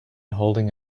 holding